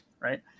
Right